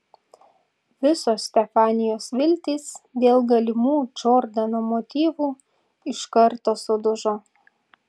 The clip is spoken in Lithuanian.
visos stefanijos viltys dėl galimų džordano motyvų iš karto sudužo